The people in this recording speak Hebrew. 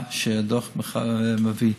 מה שבדוח אני מביא.